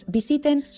Visiten